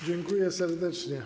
Dziękuję serdecznie.